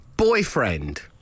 Boyfriend